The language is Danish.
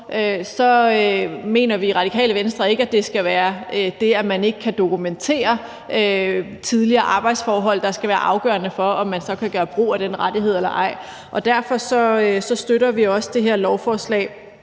mener vi i Radikale Venstre ikke, at det skal være det, at man ikke kan dokumentere tidligere arbejdsforhold, der skal være afgørende for, om man så kan gøre brug af den rettighed eller ej. Derfor støtter vi også det her lovforslag.